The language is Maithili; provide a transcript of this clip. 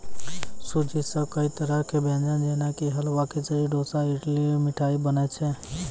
सूजी सॅ कई तरह के व्यंजन जेना कि हलवा, खिचड़ी, डोसा, इडली, मिठाई बनै छै